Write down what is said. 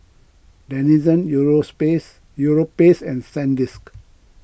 Denizen Euros pace Europace and Sandisk